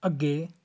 ਅੱਗੇ